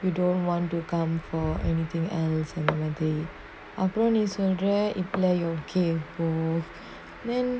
you don't want to come for anything else அந்தமாதிரி அப்ரோ நீ சொல்ர இப்பலா:anthamaathiri apro nee solra ippalaa you okay po~ then